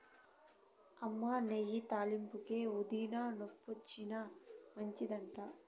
అమ్మనీ ఇయ్యి తాలింపుకే, ఊదినా, నొప్పొచ్చినా మంచిదట